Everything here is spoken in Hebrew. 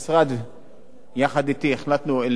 יחד אתי, החלטנו לבטל את הסעיף הזה.